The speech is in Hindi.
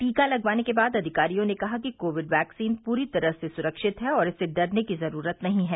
टीका लगवाने के बाद अधिकारियों ने कहा कि कोविड वैक्सीन पूरी तरह सुरक्षित है और इससे डरने की जरूरत नहीं है